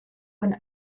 von